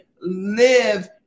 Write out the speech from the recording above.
live